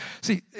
see